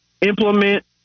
implement